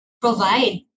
provide